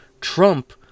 Trump